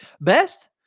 best